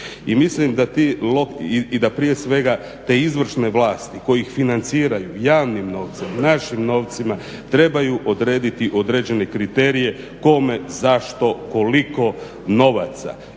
i mislim da prije svega te izvršne vlasti koji ih financiraju javnim novce, našim novcima trebaju odrediti određene kriterije kome, zašto, koliko novaca,